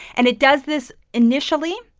and it does this initially,